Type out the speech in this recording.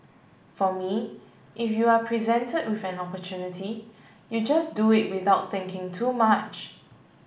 for me if you are presented with an opportunity you just do it without thinking too much